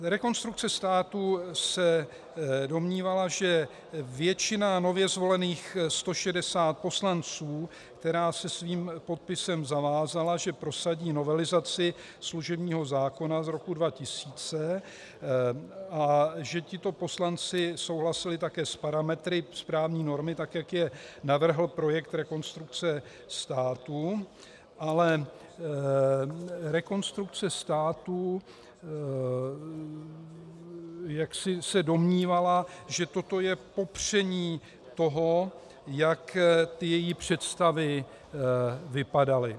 Rekonstrukce státu se domnívala, že většina nově zvolených 160 poslanců, která se svým podpisem zavázala, že prosadí novelizaci služebního zákona z roku 2000, a že tito poslanci souhlasili také s parametry správní normy, tak jak je navrhl projekt Rekonstrukce státu, ale Rekonstrukce státu jaksi se domnívala, že toto je popření toho, jak její představy vypadaly.